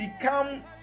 become